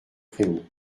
préaux